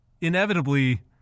inevitably